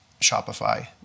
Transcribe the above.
Shopify